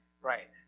Right